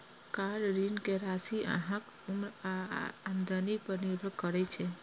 car ऋण के राशि अहांक उम्र आ आमदनी पर निर्भर करै छै